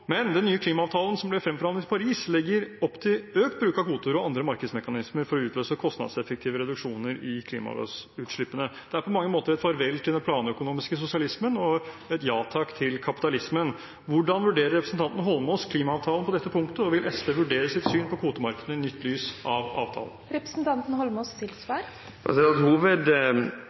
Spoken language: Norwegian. Men den nye klimaavtalen, som ble fremforhandlet i Paris, legger opp til økt bruk av kvoter og andre markedsmekanismer for å utløse kostnadseffektive reduksjoner i klimagassutslippene. Det er på mange måter et farvel til den planøkonomiske sosialismen og et ja takk til kapitalismen. Hvordan vurderer representanten Eidsvoll Holmås klimaavtalen på dette punktet, og vil SV vurdere sitt syn på kvotemarkedet i lys av